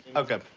okay,